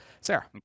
Sarah